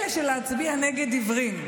מילא להצביע נגד עיוורים,